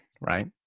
right